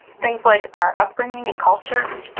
things like our upbringing and culture,